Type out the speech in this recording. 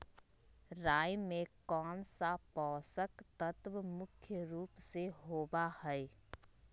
राई में कौन सा पौषक तत्व मुख्य रुप से होबा हई?